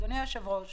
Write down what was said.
אדוני היושב-ראש,